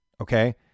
okay